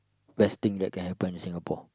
best thing that you can happen in Singapore